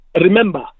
Remember